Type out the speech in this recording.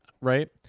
right